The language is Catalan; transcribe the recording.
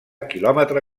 quilòmetre